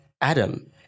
Adam